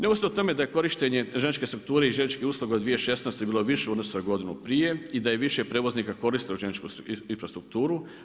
Neovisno o tome da je korištenje željezničke strukture i željezničkih usluga u 2016. bilo više u odnosu na godinu prije i da je više prijevoznika koristilo željezničku infrastrukturu.